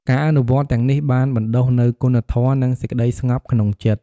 ការអនុវត្តន៍ទាំងនេះបានបណ្ដុះនូវគុណធម៌ និងសេចក្តីស្ងប់ក្នុងចិត្ត។